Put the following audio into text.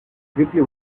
briefly